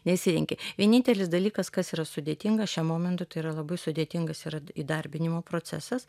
nesirenki vienintelis dalykas kas yra sudėtinga šiuo momentu tai yra labai sudėtingas yra įdarbinimo procesas